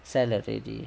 sell already